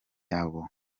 abo